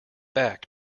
back